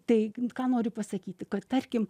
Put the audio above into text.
tai ką noriu pasakyti kad tarkim